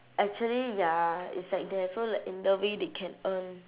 actually ya it's like that so like in the way they can earn